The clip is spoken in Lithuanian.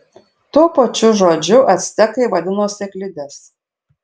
tuo pačiu žodžiu actekai vadino sėklides